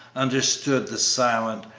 understood the silent,